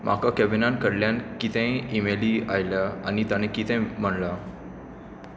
म्हाका कॅविनान कडल्यान कितेंय इमेली आयल्या आनी तांणें कितें म्हणलां